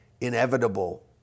inevitable